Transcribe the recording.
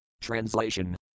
Translation